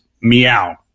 Meow